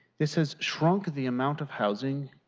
this has shrunk the amount of housing,